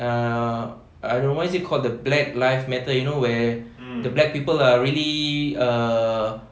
err I don't know what is it called the black lives matter you know where the black people are really err